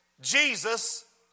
Jesus